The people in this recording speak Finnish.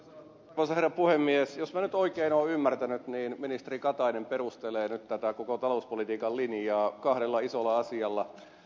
jos minä nyt oikein olen ymmärtänyt niin ministeri katainen perustelee nyt tätä koko talouspolitiikan linjaa kahdella isolla asialla